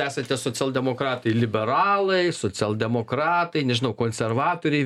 esate socialdemokratai liberalai socialdemokratai nežinau konservatoriai